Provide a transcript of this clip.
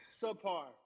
subpar